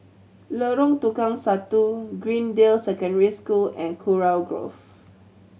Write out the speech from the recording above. Lorong Tukang Satu Greendale Secondary School and Kurau Grove